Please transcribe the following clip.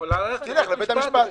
יכולה --- תלך לבית המשפט.